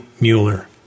Mueller